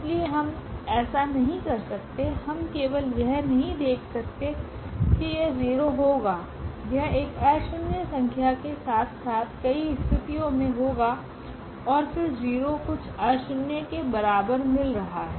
इसलिए हम ऐसा नहीं कर सकते हम केवल यह नहीं देख सकते हैं कि यह 0 होगा यह एक अशून्य संख्या के साथ साथ कई स्थितियों में होगा और फिर 0 कुछ अशून्य के बराबर मिल रहा है